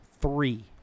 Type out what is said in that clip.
three